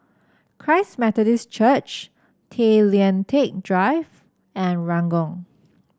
Christ Methodist Church Tay Lian Teck Drive and Ranggung